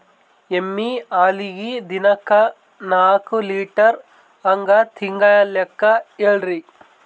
ಎಮ್ಮಿ ಹಾಲಿಗಿ ದಿನಕ್ಕ ನಾಕ ಲೀಟರ್ ಹಂಗ ತಿಂಗಳ ಲೆಕ್ಕ ಹೇಳ್ರಿ?